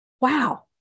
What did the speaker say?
wow